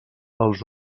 els